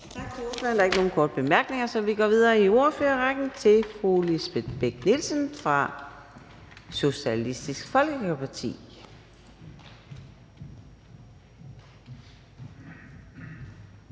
Tak til ordføreren. Der er ikke nogen korte bemærkninger, og vi går videre i ordførerrækken til hr. Peter Kofod fra Dansk Folkeparti.